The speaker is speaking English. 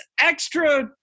extra